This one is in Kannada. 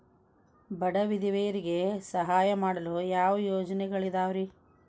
ಬಡ ವಿಧವೆಯರಿಗೆ ಸಹಾಯ ಮಾಡಲು ಯಾವ ಯೋಜನೆಗಳಿದಾವ್ರಿ?